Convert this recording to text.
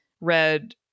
read